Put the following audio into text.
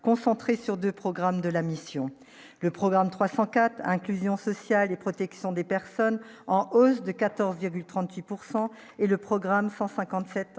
concentré sur 2 programmes de la mission, le programme 300 cas d'inclusion sociale et protection des personnes, en hausse de 14,38 pourcent et le programme fend